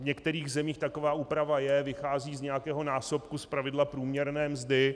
V některých zemích taková úprava je, vychází z nějakého násobku, zpravidla průměrné mzdy.